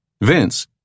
Vince